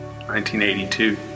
1982